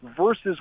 versus